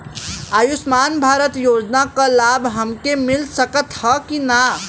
आयुष्मान भारत योजना क लाभ हमके मिल सकत ह कि ना?